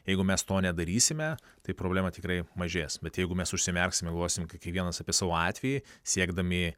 jeigu mes to nedarysime tai problema tikrai mažės bet jeigu mes užsimerksim ir galvosim kiekvienas apie savo atvejį siekdami